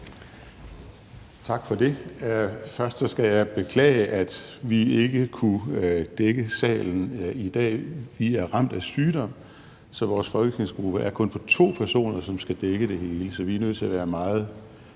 Tak for det. Først skal jeg beklage, at vi ikke kunne dække salen i dag. Vi er ramt af sygdom, så vores folketingsgruppe er kun på to personer, som skal dække det hele, så vi er nødt til at være meget